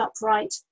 upright